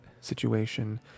situation